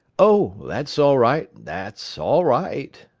oh, that's all right, that's all right,